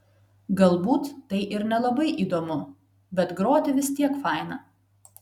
galbūt tai ir nelabai įdomu bet groti vis tiek faina